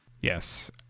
Yes